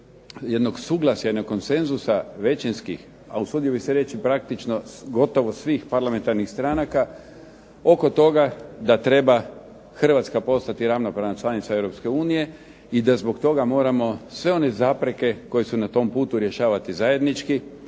jednog suglasja, jednog konsenzusa većinskih, a usudio bih se reći praktično gotovo svih parlamentarnih stranaka oko toga da treba Hrvatska postati ravnopravna članica Europske unije i da zbog toga moramo sve one zapreke koje su na tom putu rješavati zajednički.